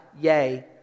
yay